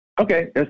Okay